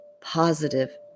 positive